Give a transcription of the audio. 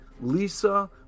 Lisa